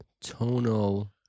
tonal